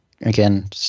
again